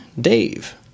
Dave